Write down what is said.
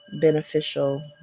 beneficial